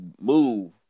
move